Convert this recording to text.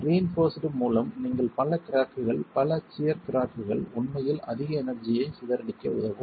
reinforcement மூலம் நீங்கள் பல கிராக்குகள் பல சியர் கிராக்குகள் உண்மையில் அதிக எனெர்ஜியைச் சிதறடிக்க உதவும்